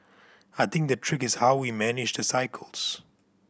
I think the trick is how we manage the cycles